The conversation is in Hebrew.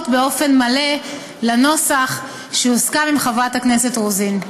באופן מלא לנוסח שהוסכם עם חברת הכנסת רוזין.